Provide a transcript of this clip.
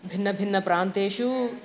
भिन्नभिन्नप्रान्तेषु